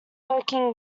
working